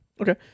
Okay